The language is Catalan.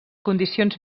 condicions